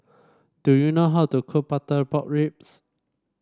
do you know how to cook Butter Pork Ribs